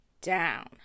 down